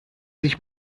sich